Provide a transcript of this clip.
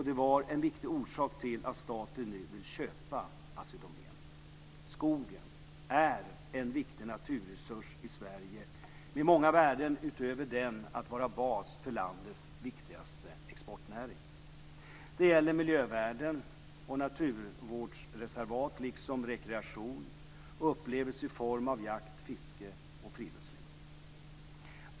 Det var en viktig orsak till att staten nu vill köpa Assi Domän. Skogen är en viktig naturresurs i Sverige med många värden utöver den att vara bas för landets viktigaste exportnäring. Det gäller miljövärden och naturvårdsreservat liksom rekreation och upplevelser i form av jakt, fiske och friluftsliv.